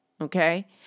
Okay